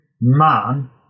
man